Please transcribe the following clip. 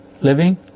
living